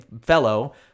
fellow